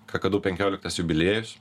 kakadu penkioliktas jubiliejus